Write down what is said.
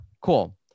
Cool